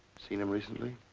seen him recently?